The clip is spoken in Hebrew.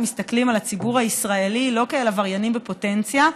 אנחנו מסתכלים על הציבור הישראלי לא כעל עבריינים בפוטנציה,